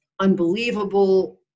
unbelievable